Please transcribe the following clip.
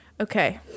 Okay